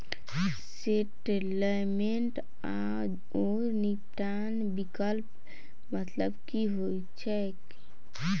Settlement आओर निपटान विकल्पक मतलब की होइत छैक?